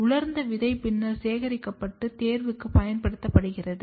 உலர்ந்த விதை பின்னர் சேகரிக்கப்பட்டு தேர்வுக்கு பயன்படுத்தப்படுகிறது